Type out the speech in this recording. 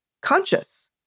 conscious